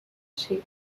sheep